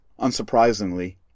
unsurprisingly